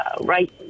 right